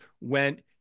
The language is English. went